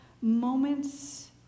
moments